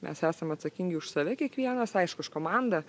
mes esam atsakingi už save kiekvienas aišku už komandą